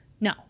no